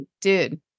dude